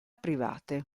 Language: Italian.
private